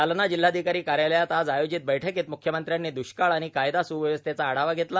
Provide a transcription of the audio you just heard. जालना जिल्हाधिकारी कार्यालयात आज आयोजित बैठकीत मुख्यमंत्र्यांनी द्रष्काळ आणि कायदा सुव्यवस्थेचा आढावा घेतला